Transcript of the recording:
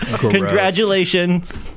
Congratulations